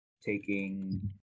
taking